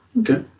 Okay